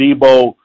Debo